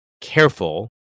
careful